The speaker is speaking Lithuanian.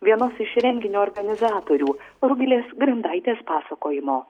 vienos iš renginio organizatorių rugilės grendaitės pasakojimo